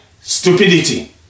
stupidity